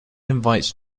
invites